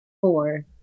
four